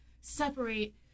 separate